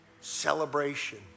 Celebration